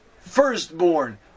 firstborn